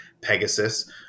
pegasus